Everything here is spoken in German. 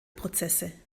prozesse